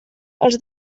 els